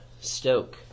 Stoke